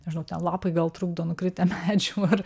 nežinau ten lapai gal trukdo nukritę medžių ar